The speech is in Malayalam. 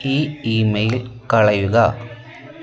ഈ ഇമെയിൽ കളയുക